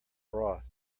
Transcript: broth